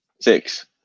Six